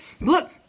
look